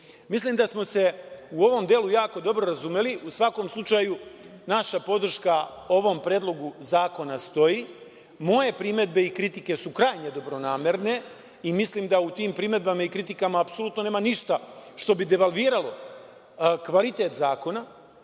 da smo se u ovom delu jako dobro razumeli. U svakom slučaju, naša podrška ovom Predlogu zakona postoji. Moje primedbe i kritike su krajnje dobronamerne i mislim da u tim primedbama i kritikama apsolutno nema ništa što bi devalviralo kvalitet zakona.